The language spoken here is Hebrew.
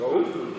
הכול טוב.